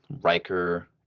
Riker